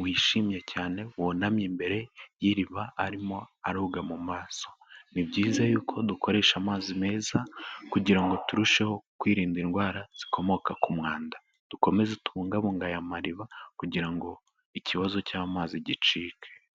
wishimye cyane, wunamye imbere y'iriba arimo aroga mu maso. Ni byiza y'uko dukoresha amazi meza kugira ngo turusheho kwirinda indwara zikomoka ku mwanda. Dukomeze tubungabunge aya mariba kugira ngo ikibazo cy'amazi gicike.